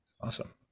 Awesome